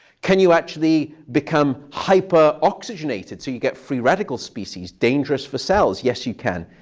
can you actually become hyper-oxygenated? so you get free radical species, dangerous for cells. yes, you can.